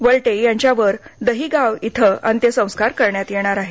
वल्टे यांच्यावर दहिगाव बोलके इथं अंत्यसंस्कार करण्यात येणार आहेत